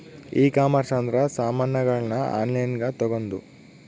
ಈ ಕಾಮರ್ಸ್ ಅಂದ್ರ ಸಾಮಾನಗಳ್ನ ಆನ್ಲೈನ್ ಗ ತಗೊಂದು